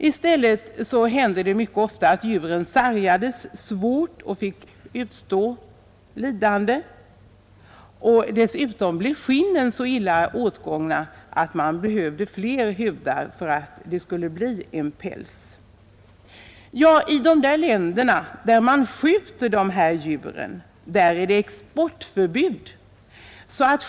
I stället händer det mycket ofta att djuren sargas svårt och får utstå lidande. Dessutom blir skinnen så illa åtgångna att det behövs flera hudar för att det skall bli en päls. I de länder där man skjuter dessa djur råder exportförbud.